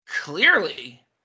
Clearly